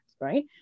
right